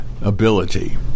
ability